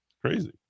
crazy